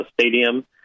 stadium